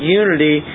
unity